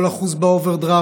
כל אחוז באוברדרפט.